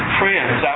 friends